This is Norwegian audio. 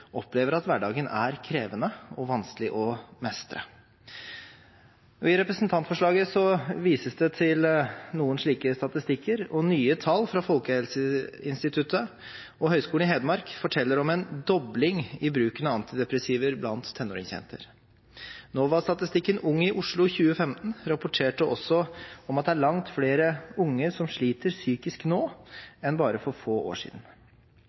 opplever at hverdagen er krevende og vanskelig å mestre. I representantforslaget vises det til noen slike statistikker, og nye tall fra Folkehelseinstituttet og Høgskolen i Hedmark forteller om en dobling i bruken av antidepressiver blant tenåringsjenter. NOVA-statistikken Ung i Oslo 2015 rapporterte også om at det er langt flere unge som sliter psykisk nå enn bare for få år siden.